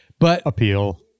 Appeal